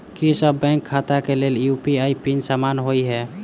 की सभ बैंक खाता केँ लेल यु.पी.आई पिन समान होइ है?